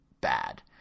bad